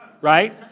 Right